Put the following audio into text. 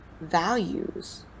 values